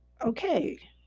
okay